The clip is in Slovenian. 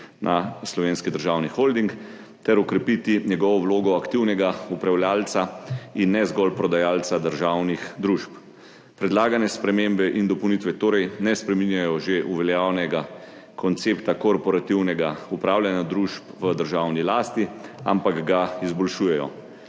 na Slovenski državni holding ter okrepiti njegovo vlogo aktivnega upravljavca in ne zgolj prodajalca državnih družb. Predlagane spremembe in dopolnitve torej ne spreminjajo že uveljavljenega koncepta korporativnega upravljanja družb v državni lasti, ampak ga izboljšujejo.